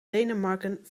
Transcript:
denemarken